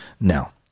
now